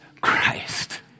Christ